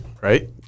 right